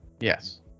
Yes